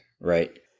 Right